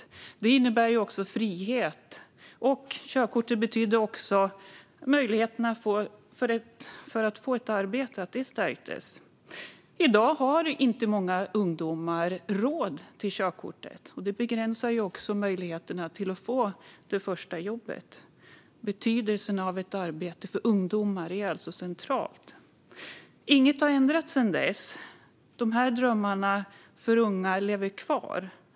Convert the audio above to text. Körkort innebar frihet, och det betydde också att möjligheten att få ett arbete stärktes. I dag är det många ungdomar som inte har råd med körkort. Det begränsar också möjligheten att få det första jobbet. Betydelsen av ett arbete för ungdomar är alltså central. Inget har ändrats sedan dess. De här drömmarna för unga lever kvar.